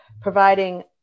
providing